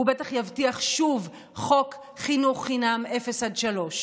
הוא בטח יבטיח שוב חוק חינוך חינם אפס עד שלוש.